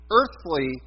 earthly